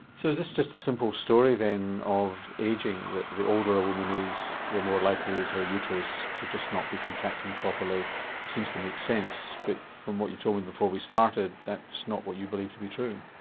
so is this just a simple story then of aging that the older a woman is, the more likely is her uterus to just not be contracting properly, it seems to make sense, but from what you told me before we started, that's not what you believe to be true.